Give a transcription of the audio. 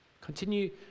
continue